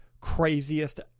craziest